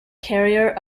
carrier